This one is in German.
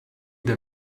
der